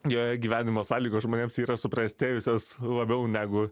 joje gyvenimo sąlygos žmonėms yra suprastėjusios labiau negu